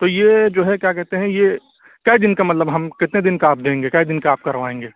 تو یہ جو ہے کیا کہتے ہیں یہ کئے دِن کا مطلب ہم کتنے دِن کا آپ دیں گے کئے دِن کا آپ کروائیں گے